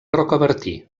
rocabertí